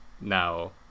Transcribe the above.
now